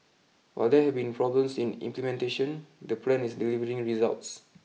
while there have been problems in implementation the plan is delivering results